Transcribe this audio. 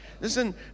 Listen